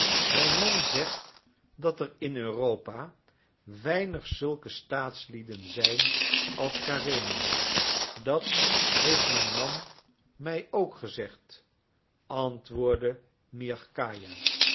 mijn man zegt dat er in europa weinig zulke staatslieden zijn als karenin dat heeft mijn man mij ook gezegd antwoordde miagkaja